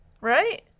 right